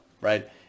right